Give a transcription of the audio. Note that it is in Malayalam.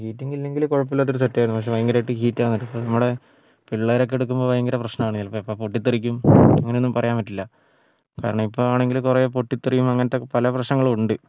ഹീറ്റിങ്ങില്ലെങ്കിൽ കുഴപ്പമില്ലാത്തൊരു സെറ്റായിരുന്നു പക്ഷേ ഭയങ്കരമായിട്ട് ഹീറ്റ് ആവുന്നുണ്ട് ഇപ്പോൾ നമ്മുടെ പിള്ളേരൊക്കെ എടക്കുമ്പോൾ ഭയങ്കര പ്രശ്നമാണ് ചിലപ്പോൾ എപ്പോൾ പൊട്ടിത്തെറിക്കും അങ്ങനെയൊന്നും പറയാൻ പറ്റില്ല കാരണം ഇപ്പോൾ ആണെങ്കിൽ കുറേ പൊട്ടിത്തെറിയും അങ്ങനത്തെ പല പ്രശ്നങ്ങളും ഉണ്ട്